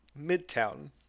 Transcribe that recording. Midtown